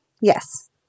Yes